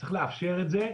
צריך לאפשר את זה.